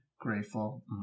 grateful